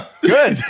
good